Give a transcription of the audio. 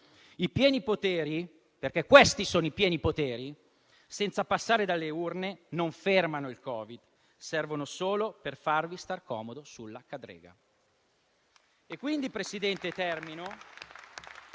I pieni poteri - perché questi sono i pieni poteri - senza passare dalle urne non fermano il Covid, ma servono solo per farvi stare comodi sulla cadrega.